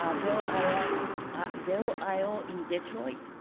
um belle isle belle isle in detroit.